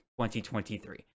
2023